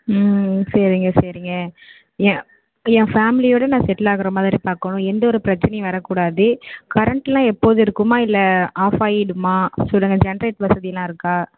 ம் சரிங்க சரிங்க ஏ ஏ ஃபேமிலியோடு நான் செட்டில் ஆகிற மாதிரி பார்க்கணும் எந்த ஒரு பிரச்சினையும் வரக்கூடாது கரண்ட்டெலாம் எப்போதும் இருக்குமா இல்லை ஆஃப் ஆகிடுமா சொல்லுங்க ஜெண்ட்ரேட் வசதியெல்லாம் இருக்கா